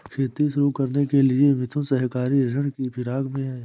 खेती शुरू करने के लिए मिथुन सहकारी ऋण की फिराक में है